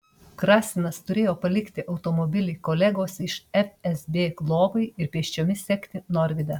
krasinas turėjo palikti automobilį kolegos iš fsb globai ir pėsčiomis sekti norvydą